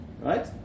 Right